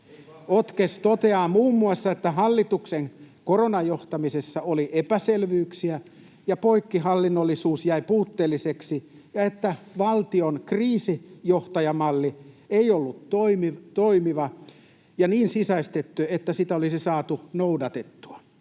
OTKES toteaa muun muassa, että hallituksen koronajohtamisessa oli epäselvyyksiä ja poikkihallinnollisuus jäi puutteelliseksi ja että valtion kriisinjohtajamalli ei ollut toimiva ja niin sisäistetty, että sitä olisi saatu noudatettua.